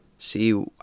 See